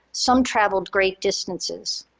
some traveled great distances.